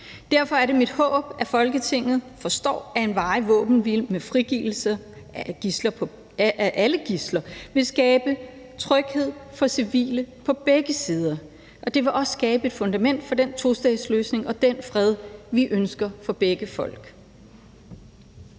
Derfor er det mit håb, at Folketinget forstår, at en varig våbenhvile med frigivelse af alle gidsler vil skabe tryghed for civile på begge sider. Og det vil også skabe et fundament for den tostatsløsning og den fred, vi ønsker for begge folk.